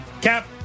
Cap